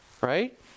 Right